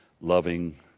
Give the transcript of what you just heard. loving